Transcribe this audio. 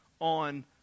on